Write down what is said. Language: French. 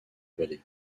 vallées